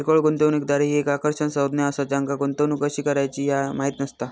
किरकोळ गुंतवणूकदार ही एक आकर्षक संज्ञा असा ज्यांका गुंतवणूक कशी करायची ह्या माहित नसता